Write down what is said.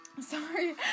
Sorry